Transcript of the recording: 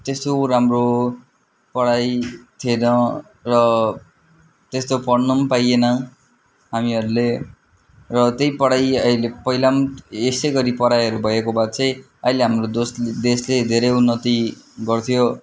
त्यस्तो राम्रो पढाइ थिएन र त्यस्तो पढ्न पाइएन हामीहरूले र त्यही पढाइ अहिले पहिला यसै गरी पढाइहरू भएको भए चाहिँ अहिले हाम्रो दोष देशले धेरै उन्नति गर्थ्यो